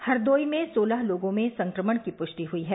हरदोई में सोलह लोगों में संक्रमण की पुष्टि हुई है